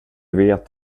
vet